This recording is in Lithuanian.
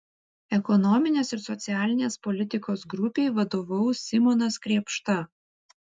ekonominės ir socialinės politikos grupei vadovaus simonas krėpšta